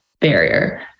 barrier